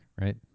right